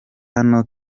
hano